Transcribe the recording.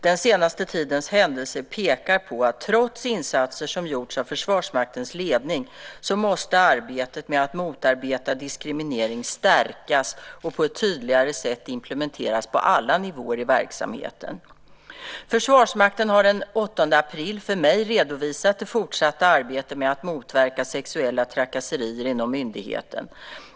Den senaste tidens händelser pekar på att trots insatser som gjorts av Försvarsmaktens ledning måste arbetet med att motarbeta diskriminering stärkas och på ett tydligare sätt implementeras på alla nivåer i verksamheten. Försvarsmakten har den 8 april för mig redovisat det fortsatta arbetet med att motverka sexuella trakasserier inom myndigheten.